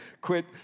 quit